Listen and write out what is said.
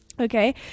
Okay